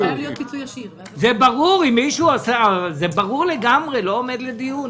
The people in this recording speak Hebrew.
זה ברור לגמרי ולא עומד לדיון.